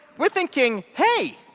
we're thinking, hey,